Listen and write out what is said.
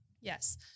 Yes